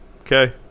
Okay